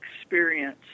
experience